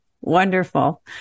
Wonderful